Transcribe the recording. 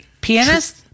pianist